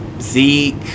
Zeke